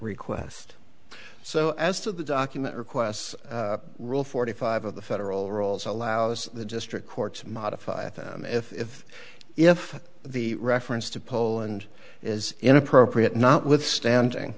request so as to the document requests rule forty five of the federal rules allows the district courts modify them if if the reference to poland is inappropriate notwithstanding